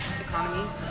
economy